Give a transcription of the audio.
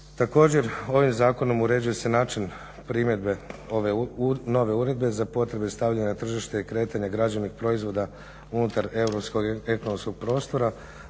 Također ovim Zakonom uređuje se način primjedbe ove nove uredbe za potrebe stavljanja na tržište i kretanja građevnih proizvoda unutar europskog ekonomskog prostora